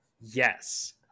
Yes